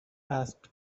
asked